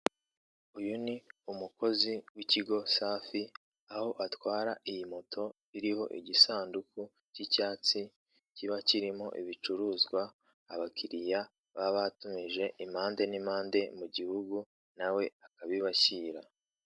Uyu ni umukozi w'ikigo safi aho atwara iyi moto iriho igisanduku cy'icyatsi kiba kirimo ibicuruzwa abakiriya baba batumije impande n'impande mu gihugu na we akabibashyira.